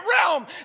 realm